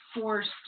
forced